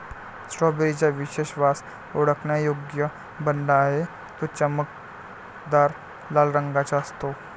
strawberry चा विशेष वास ओळखण्यायोग्य बनला आहे, तो चमकदार लाल रंगाचा असतो